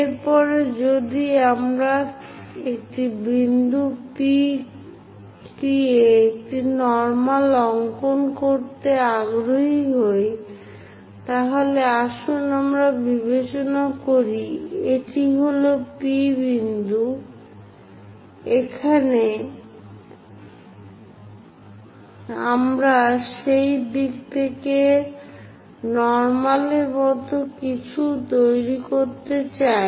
এর পরে যদি আমরা একটি বিন্দু P এ একটি নর্মাল অঙ্কন করতে আগ্রহী হই তাহলে আসুন আমরা বিবেচনা করি এটি হল P বিন্দু এখানে আমরা সেই দিক থেকে নরমালের মতো কিছু তৈরি করতে চাই